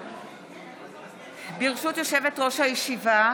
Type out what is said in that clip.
ברשות יושבת-ראש הישיבה,